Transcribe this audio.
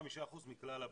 35% מכלל הבנות,